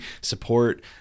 support